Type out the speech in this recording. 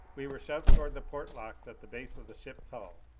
we were shoved toward the port locks at the base of the ship's hull.